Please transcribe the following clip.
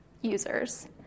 users